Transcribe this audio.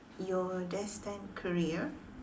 your destined career